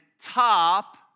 top